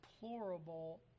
deplorable